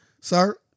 Sir